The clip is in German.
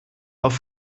auf